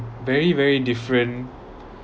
very very different